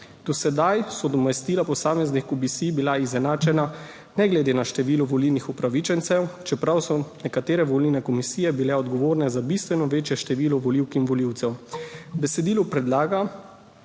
Do sedaj so bila nadomestila posameznih komisij izenačena ne glede na število volilnih upravičencev, čeprav so bile nekatere volilne komisije odgovorne za bistveno večje število volivk in volivcev. Besedilo predloga